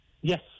Yes